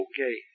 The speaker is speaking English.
Okay